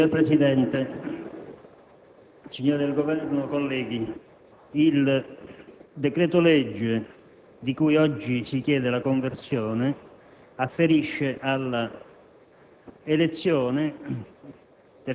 Signor Presidente, signori del Governo, colleghi, il decreto-legge di cui oggi si chiede la conversione afferisce